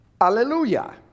hallelujah